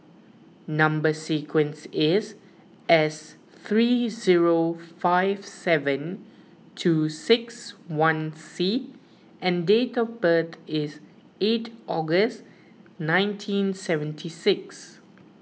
Number Sequence is S three zero five seven two six one C and date of birth is eight August nineteen seventy ix